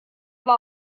war